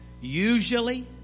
Usually